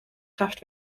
kraft